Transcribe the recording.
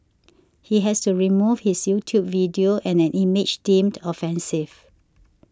he has to remove his YouTube video and an image deemed offensive